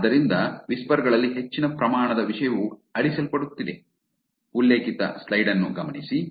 ಆದ್ದರಿಂದ ವಿಸ್ಪರ್ ಗಳಲ್ಲಿ ಹೆಚ್ಚಿನ ಪ್ರಮಾಣದ ವಿಷಯವು ಅಳಿಸಲ್ಪಡುತ್ತಿದೆ